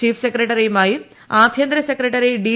chief secretary ആഭ്യന്തര secretary D